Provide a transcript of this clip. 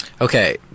Okay